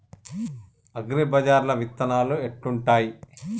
అగ్రిబజార్ల విత్తనాలు ఎట్లుంటయ్?